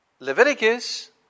Leviticus